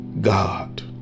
God